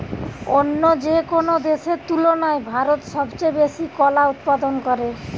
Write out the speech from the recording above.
অন্য যেকোনো দেশের তুলনায় ভারত সবচেয়ে বেশি কলা উৎপাদন করে